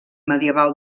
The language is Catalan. medieval